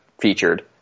featured